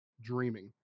dreaming